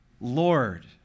lord